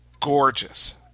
gorgeous